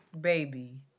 baby